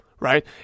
right